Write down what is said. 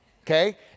Okay